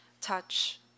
Touch